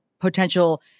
potential